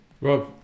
rob